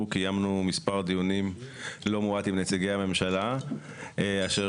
קיימנו מספר דיונים לא מועט עם נציגי הממשלה שהיו